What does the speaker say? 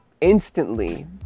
instantly